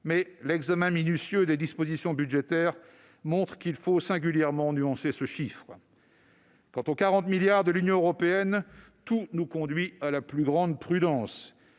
mais l'examen minutieux des dispositions budgétaires montre qu'il faut singulièrement nuancer ce chiffre. Quant aux 40 milliards d'euros de l'Union européenne, tout nous conduit à la plus grande prudence.